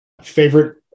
Favorite